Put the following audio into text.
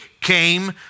came